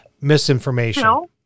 misinformation